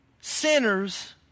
Sinners